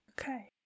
okay